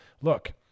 Look